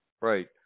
Right